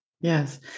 Yes